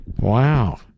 Wow